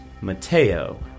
Mateo